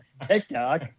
TikTok